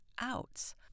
outs